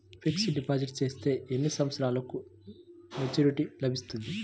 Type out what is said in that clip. Fixed deposit చేస్తే ఎన్ని సంవత్సరంకు మెచూరిటీ లభిస్తుంది?